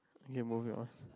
okay moving on